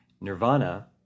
Nirvana